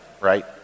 right